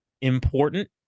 important